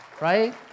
right